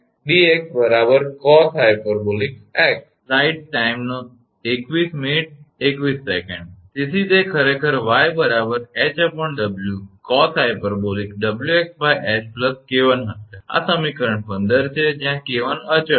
તેથી તે ખરેખર 𝑦 𝐻𝑊cosh𝑊𝑥𝐻 𝐾1 હશે આ સમીકરણ 15 છે જ્યાં 𝐾1 અચળ છે